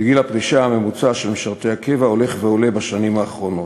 וגיל הפרישה הממוצע של משרתי הקבע הולך ועולה בשנים האחרונות.